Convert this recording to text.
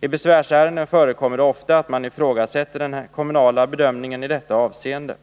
I besvärsärenden förekommer det ofta att man ifrågasätter den kommunala bedömningen i detta avseende.